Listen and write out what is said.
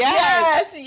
yes